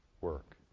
work